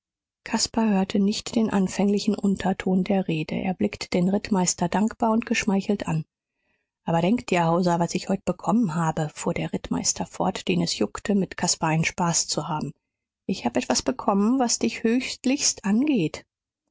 caspar hörte nicht den verfänglichen unterton der rede er blickte den rittmeister dankbar und geschmeichelt an aber denk dir hauser was ich heute bekommen habe fuhr der rittmeister fort den es juckte mit caspar einen spaß zu haben ich hab etwas bekommen was dich höchlichst angeht